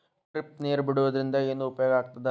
Drip ನೇರ್ ಬಿಡುವುದರಿಂದ ಏನು ಉಪಯೋಗ ಆಗ್ತದ?